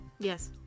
Yes